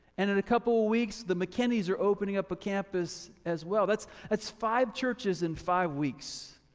and in a couple of weeks, the mckinney's are opening up a campus as well. that's that's five churches in five weeks.